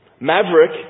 Maverick